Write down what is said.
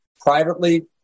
privately